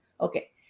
Okay